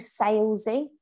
salesy